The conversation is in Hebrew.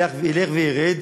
ילך וירד.